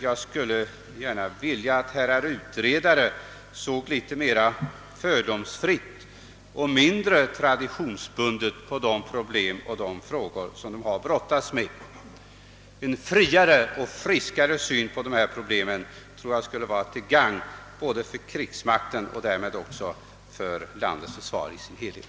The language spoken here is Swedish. Jag skulle önska att herrar utredare såge litet mera fördomsfritt och mindre traditionsbundet på de problem och frågor de har att brottas med. En friare och friskare syn på dessa problem skulle vara till gagn för krigsmakten och därmed också för landets försvar i dess helhet.